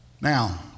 Now